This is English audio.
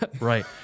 Right